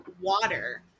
water